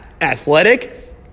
athletic